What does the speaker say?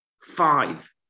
five